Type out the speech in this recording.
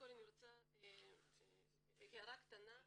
הערה קטנה.